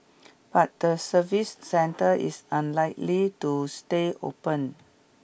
but the service centre is unlikely to stay open